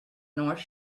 north